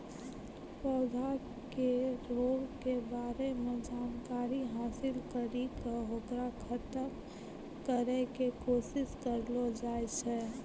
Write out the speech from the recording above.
पौधा के रोग के बारे मॅ जानकारी हासिल करी क होकरा खत्म करै के कोशिश करलो जाय छै